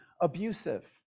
abusive